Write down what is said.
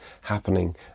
happening